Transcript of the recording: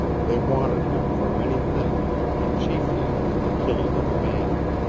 they wanted him for many things, but chiefly for the killing of a man.